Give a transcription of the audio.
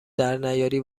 درنیاری